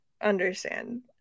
understand